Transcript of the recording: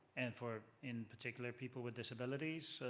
and for in particular, people with disabilities.